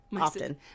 often